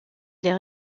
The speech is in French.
les